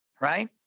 right